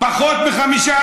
בפזורה פחות מ-5%.